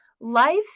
life